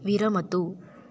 विरमतु